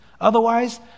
Otherwise